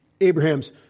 Abraham's